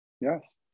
yes